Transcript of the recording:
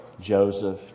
Joseph